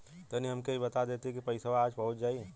तनि हमके इ बता देती की पइसवा आज पहुँच जाई?